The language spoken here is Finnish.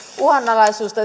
uhanalaisuudesta